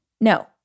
no